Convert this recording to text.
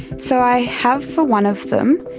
so i have for one of them.